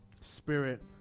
spirit